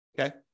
Okay